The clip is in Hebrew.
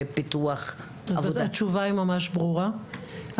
תשובה היא ממש ברורה.